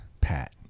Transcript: Pat